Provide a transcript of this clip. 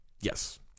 Yes